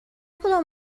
کدام